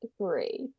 great